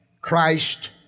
Christ